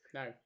no